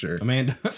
Amanda